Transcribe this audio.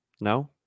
No